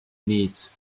needs